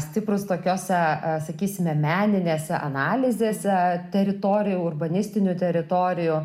stiprūs tokiose sakysime meninėse analizėse teritorijų urbanistinių teritorijų